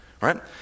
Right